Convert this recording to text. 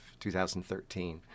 2013